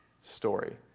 story